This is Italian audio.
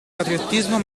patriottismo